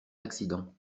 accidents